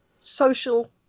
social